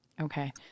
Okay